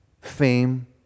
fame